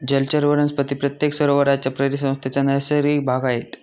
जलचर वनस्पती प्रत्येक सरोवराच्या परिसंस्थेचा नैसर्गिक भाग आहेत